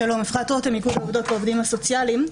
שלום, אני מאיגוד העובדות והעובדים הסוציאליים.